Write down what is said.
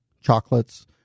chocolates